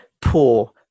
poor